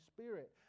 Spirit